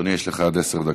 אדוני, יש לך עד עשר דקות.